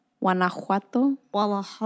Guanajuato